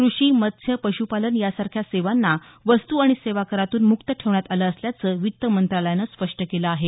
कृषि मत्सृय पश्पालन यासारख्या सेवांना वस्तू आणि सेवा करातून मुक्त ठेवण्यात आलं असल्याचं वित्त मंत्रालयानं स्पष्ट केलं आहे